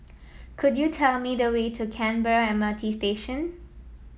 could you tell me the way to Canberra M R T Station